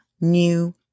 new